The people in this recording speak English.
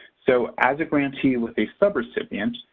so as a grantee with a subrecipient,